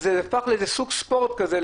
אז זה הפך לאיזה סוג ספורט כזה,